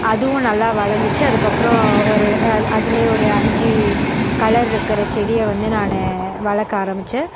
அதுவும் நல்லா வளர்ந்துச்சி அதுக்கு அப்புறோம் ஒரு அதிலே ஒரு அஞ்சு கலர் இருக்கிற செடியை வந்து நான் வளர்க்க ஆரமிச்சேன்